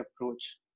approach